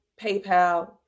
PayPal